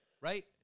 right